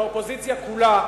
באופוזיציה כולה,